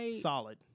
Solid